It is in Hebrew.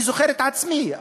אני זוכר את עצמי,